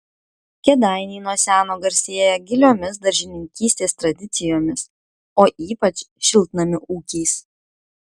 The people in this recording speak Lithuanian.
kėdainiai nuo seno garsėja giliomis daržininkystės tradicijomis o ypač šiltnamių ūkiais